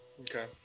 okay